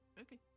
okay